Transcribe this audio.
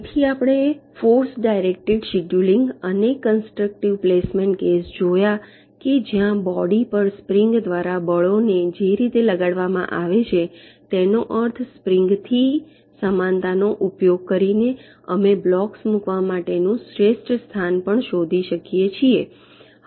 તેથી આપણે force directed scheduling અને કંસ્ટ્રક્ટિવ પ્લેસમેન્ટ કેસ જોયા કે જ્યાં બોડી પર સ્પ્રિંગ દ્વારા બળો ને જે રીતે લગાડવામાં આવે છે તેનો અર્થ સ્પ્રિંગ્સથી સમાનતાનો ઉપયોગ કરીને અમે બ્લોક્સ મૂકવા માટેનું શ્રેષ્ઠ સ્થાન પણ શોધી શકીએ છીએ